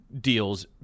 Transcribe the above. deals